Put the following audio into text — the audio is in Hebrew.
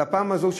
עד לפעם הזאת,